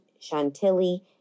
chantilly